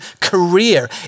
career